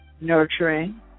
nurturing